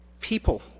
people